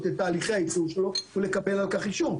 לתהליכי הייצור שלו ולקבל על כך אישור,